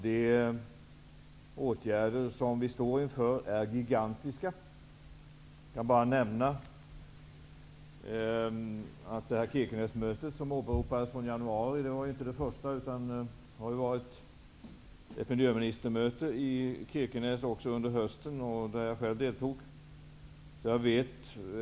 De åtgärder som vi står inför är gigantiska. Jag kan bara nämna att det Kirkenesmöte från januari som åberopades inte var det första. Det har ju också varit ett miljöministermöte i Kirkenes under hösten där jag själv deltog.